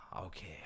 okay